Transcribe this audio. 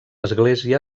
església